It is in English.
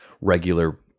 regular